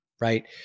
right